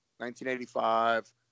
1985